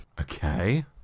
Okay